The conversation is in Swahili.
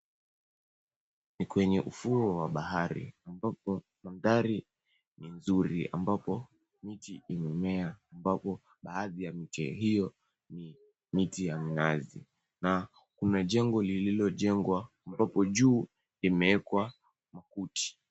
Ni kwenye ufuo wa bahari, ambapo bandari ni nzuri ambapo miti imemea. Ambapo baadhi ya miti hiyo ni miti ya mnazi. Na kuna jengo lililojengwa ambapo juu imewekwa makuti.